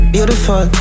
Beautiful